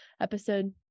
episode